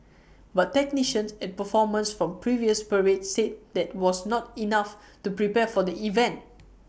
but technicians and performers from previous parades said that was not enough to prepare for the event